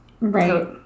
Right